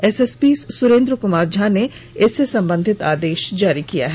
SSP Surendra Kumar Jha ने इससे संबंधित आदेश जारी कर दिया है